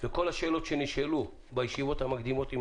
וכל השאלות שנשאלו בישיבות המקדימות עם